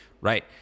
right